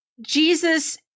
Jesus